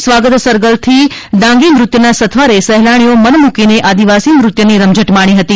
સ્વાગત સર્કલથી ડાંગી નૃત્યના સથવારે સહેલાણીઓ મન મૂકીને આદિવાસી નૃત્યની રમઝટ માણી હતી